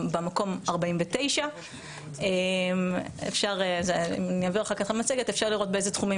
במקום 49. במצגת אפשר לראות באילו תחומים